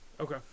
Okay